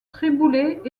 triboulet